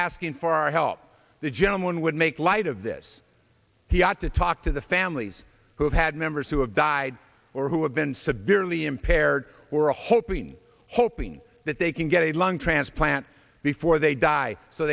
asking for our help the gentleman would make light this has got to talk to the families who have had members who have died or who have been severely impaired we're hoping hoping that they can get a lung transplant before they die so